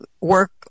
work